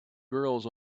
girls